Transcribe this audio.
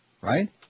Right